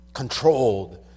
Controlled